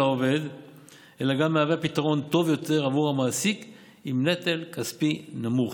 העובד אלא גם מהווה פתרון טוב יותר עבור המעסיק עם נטל כספי נמוך,